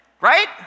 right